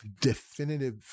Definitive